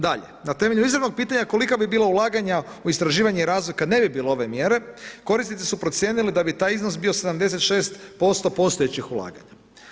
Dalje, na temelju izravnog pitanja kolika bi bila ulaganja u istraživanje i razvoj kada ne bi bilo ove mjere, korisnici su procijenili da bi taj iznos bio 76% postojećih ulaganja.